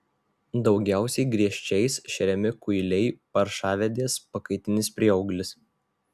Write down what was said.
daugiausiai griežčiais šeriami kuiliai paršavedės pakaitinis prieauglis